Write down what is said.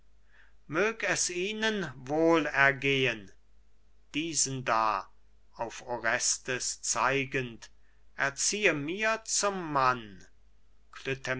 mög es ihnen wohl ergehen diesen da auf orestes zeigend erziehe mir zum mann